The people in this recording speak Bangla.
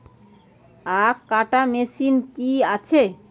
আখ কাটা মেশিন কি আছে?